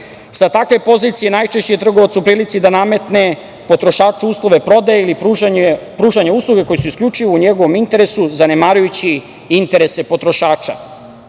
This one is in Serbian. Sa takve pozicije najčešće je trgovac u prilici da nametne potrošaču uslove prodaje ili pružanje usluga koje su isključivo u njegovom interesu, zanemarujući interese potrošača. Posebnim